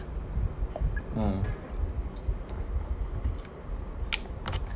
mm